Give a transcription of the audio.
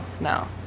No